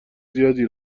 زیادی